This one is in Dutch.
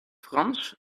frans